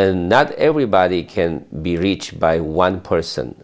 and not everybody can be reached by one person